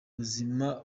buzima